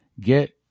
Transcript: Get